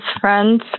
friends